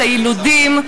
את היילודים,